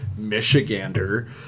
Michigander